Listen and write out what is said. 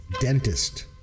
Dentist